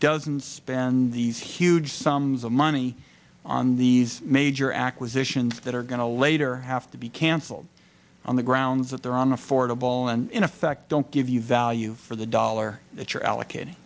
doesn't spend these huge sums of money on these major acquisitions that are going to later have to be cancelled on the grounds that they're on affordable and in effect don't give you value for the dollar that you're allocated